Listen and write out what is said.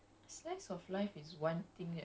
okay okay sorry sorry